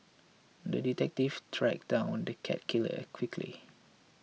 the detective tracked down the cat killer quickly